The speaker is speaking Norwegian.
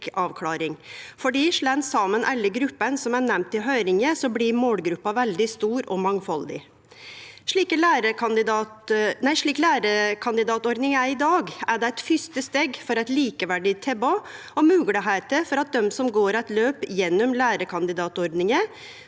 Slik lærekandidatordninga er i dag, er det eit fyrste steg for eit likeverdig tilbod og like moglegheiter. Dei som går eit løp gjennom lærekandidatordninga,